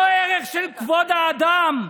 לא ערך של כבוד האדם,